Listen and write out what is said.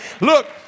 Look